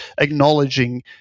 acknowledging